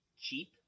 cheap